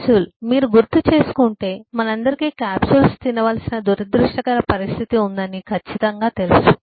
capsule మీరు గుర్తుచేసుకుంటే మనందరికీ క్యాప్సూల్స్ తినవలసిన దురదృష్టకర పరిస్థితి ఉందని ఖచ్చితంగా తెలుసు